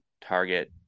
target